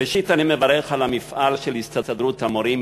ראשית אני מברך על המפעל של הסתדרות המורים,